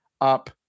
up